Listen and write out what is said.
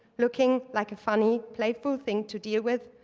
looking like a funny, playful thing to deal with,